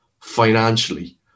financially